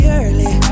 early